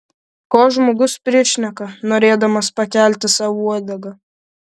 ko žmogus prišneka norėdamas pakelti sau uodegą